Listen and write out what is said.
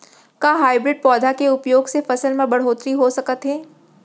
का हाइब्रिड पौधा के उपयोग से फसल म बढ़होत्तरी हो सकत हे?